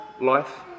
life